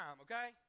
okay